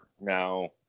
Now